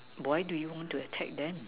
why do you want to attack them